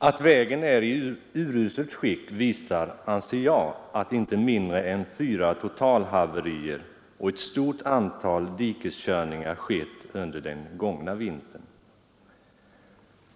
Att vägen är i uruselt skick visas, anser jag, av att inte mindre än fyra totalhaverier och ett stort antal dikeskörningar skett där under den gångna vintern.